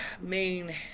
main